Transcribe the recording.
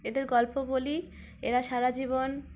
এদের গল্প বলি এরা সারা জীবন